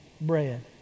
bread